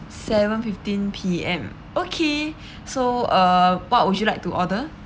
seven fifteen P_M okay so uh what would you like to order